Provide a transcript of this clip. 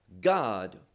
God